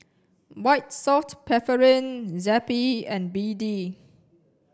White Soft Paraffin Zappy and B D